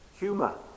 Humor